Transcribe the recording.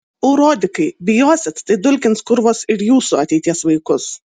urodikai bijosit tai dulkins kurvos ir jūsų ateities vaikus